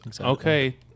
okay